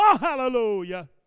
hallelujah